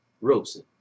Rosen